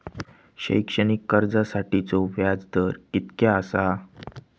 शैक्षणिक कर्जासाठीचो व्याज दर कितक्या आसा?